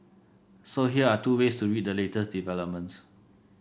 so here are two ways to read the latest developments